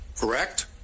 correct